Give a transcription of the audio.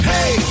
Hey